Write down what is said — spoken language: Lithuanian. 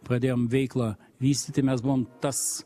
pradėjom veiklą vystyti mes buvom tas